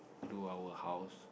do our house